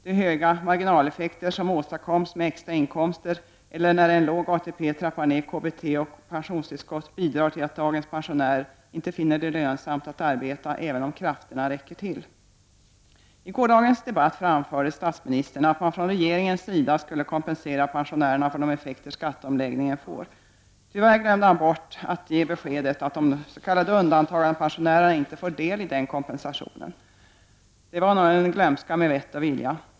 De höga marginaleffekter som åstadkoms med extra inkomster eller när en låg ATP trappar ner KBT och pensionstillskott bidrar till att dagens pensionär inte finner det lönsamt att arbeta, även om krafterna räcker till. I gårdagens debatt anförde statsministern att man från regeringens sida skulle kompensera pensionärerna för de effekter skatteomläggningen får. Tyvärr glömde han bort att ge beskedet att de s.k. undantagandepensionärerna inte får del av den kompensationen. Det var nog en glömska med vett och vilja.